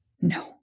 No